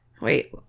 Wait